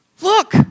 Look